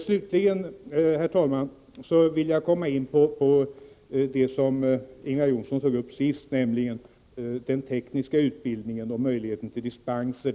Slutligen, herr talman, vill jag komma in på det som Ingvar Johnsson sade om den tekniska utbildningen och möjligheten till dispenser.